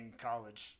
college